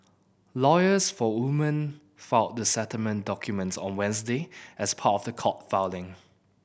lawyers for woman filed the settlement documents on Wednesday as part of a court filing